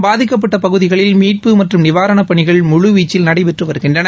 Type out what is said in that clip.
பாதிக்கப்பட்ட பகுதிகளில் மீட்பு மற்றும் நிவாரணப் பணிகள் முழு வீச்சில் நடைபெற்று வருகின்றன